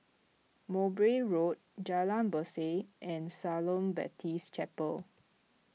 Mowbray Road Jalan Berseh and Shalom Baptist Chapel